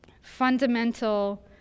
fundamental